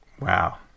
wow